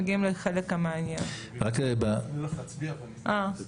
למיטב ידיעתי כן.